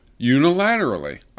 unilaterally